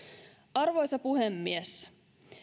arvoisa puhemies